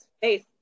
face